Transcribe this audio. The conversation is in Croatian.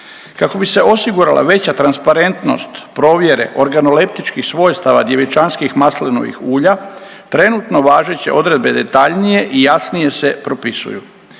Kako bi se osigurala veća transparentnost provjere organoleptičkih svojstava djevičanskih maslinovih ulja trenutno važeće odredbe detaljnije i jasnije se propisuju.